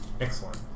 Excellent